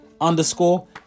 underscore